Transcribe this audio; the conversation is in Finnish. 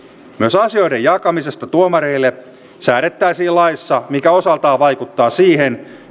myös asioiden jakamisesta tuomareille säädettäisiin laissa mikä osaltaan vaikuttaa siihen